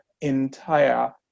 entire